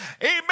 Amen